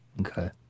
Okay